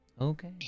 Okay